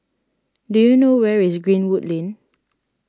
do you know where is Greenwood Lane